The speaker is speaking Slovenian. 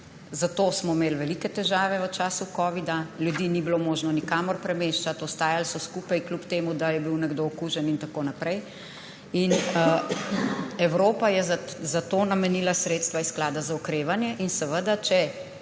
smo imeli velike težave v času covida, ljudi ni bilo možno nikamor premeščati, ostajali so skupaj, kljub temu da je bil nekdo okužen. Evropa je zato namenila sredstva iz sklada za okrevanje, ker če